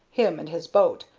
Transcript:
him and his boat,